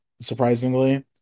surprisingly